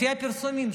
לפי הפרסומים,